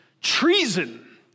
treason